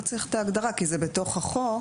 לא צריך את ההגדרה, כי זה בתוך החוק.